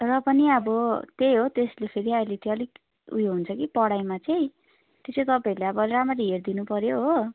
र पनि अब त्यही हो त्यसले चाहिँ अलिक उयो हुन्छ कि पढाइमा चाहिँ त्यो चाहिँ तपाईँहरूले राम्ररी हेरिदिनु पर्यो हो